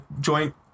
joint